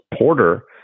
Porter